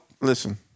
Listen